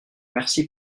merci